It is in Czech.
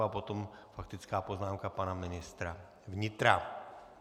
A potom faktická poznámka pana ministra vnitra.